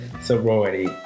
Sorority